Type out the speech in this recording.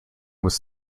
was